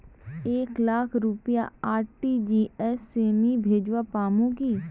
एक लाख रुपया आर.टी.जी.एस से मी भेजवा पामु की